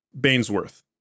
Bainsworth